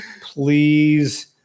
Please